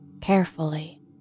Carefully